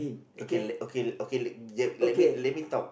okay okay okay let let let me talk